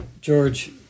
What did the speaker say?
George